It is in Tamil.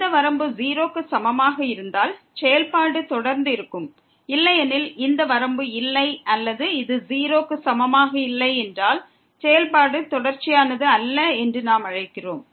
இந்த வரம்பு 0 க்கு சமமாக இருந்தால் செயல்பாடு தொடர்ந்து இருக்கும் இல்லையெனில் இந்த வரம்பு இல்லை அல்லது இது 0 க்கு சமமாக இல்லை என்றால் செயல்பாடு தொடர்ச்சியானது அல்ல என்று நாம் அழைக்கிறோம்